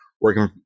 working